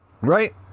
right